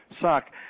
suck